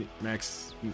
Max